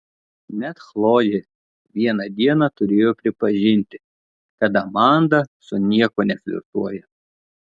net chlojė vieną dieną turėjo pripažinti kad amanda su niekuo neflirtuoja